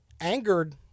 angered